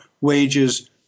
wages